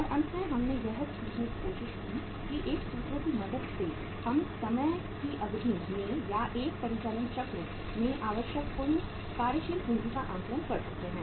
और अंत में हमने यह सीखने की कोशिश की कि एक सूत्र की मदद से हम समय की अवधि में या 1 परिचालन चक्र में आवश्यक कुल कार्यशील पूंजी का आकलन कर सकते हैं